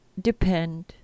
depend